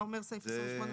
מה אומר הסעיף הזה בחוק?